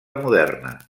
moderna